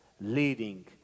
leading